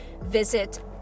visit